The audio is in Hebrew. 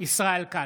ישראל כץ,